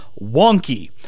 wonky